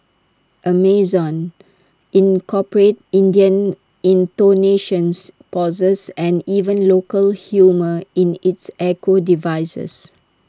Amazon incorporated Indian intonations pauses and even local humour in its echo devices